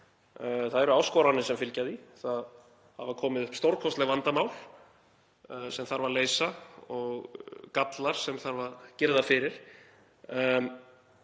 Það eru áskoranir sem fylgja því. Það hafa komið upp stórkostleg vandamál sem þarf að leysa og gallar sem þarf að girða fyrir.